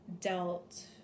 dealt